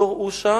דור אושא,